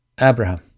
Abraham